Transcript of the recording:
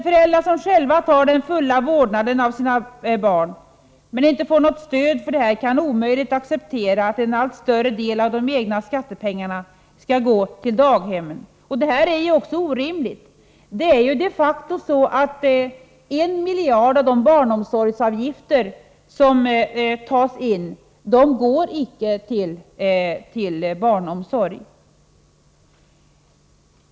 Föräldrar som själva tar på sig den fulla vårdnaden av sina barn men inte får något stöd för detta kan omöjligt acceptera att en allt större del av de egna skattepengarna skall gå till daghemmen. Detta är också orimligt. Det är ju de facto så att 1 miljard kronor av de barnomsorgsavgifter som tas in icke går till barnomsorgen.